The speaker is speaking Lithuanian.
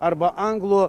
arba anglų